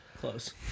Close